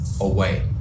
away